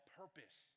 purpose